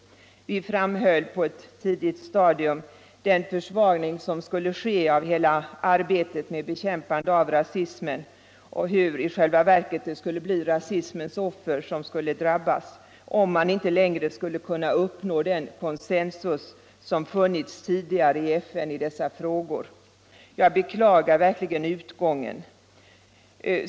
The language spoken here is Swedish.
Vi framhöll på ett tidigt stadium den försvagning som skulle ske av hela arbetet med bekämpande av rasismen och hur det i själva verket skulle bli rasismens offer som drabbades, om man inte längre skulle kunna uppnå den consensus som funnits tidigare i FN i dessa frågor. Jag beklagar utgången.